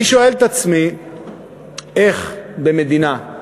אני שואל את עצמי איך במדינה,